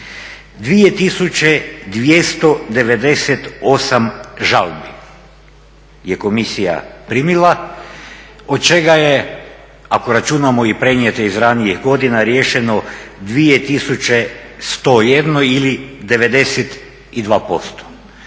2298 žalbi je komisija primila, od čega je, ako računamo i prenijete iz ranijih godina, riješeno 2101 ili 92%.